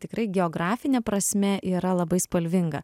tikrai geografine prasme yra labai spalvinga